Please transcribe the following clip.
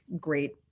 great